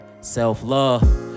Self-love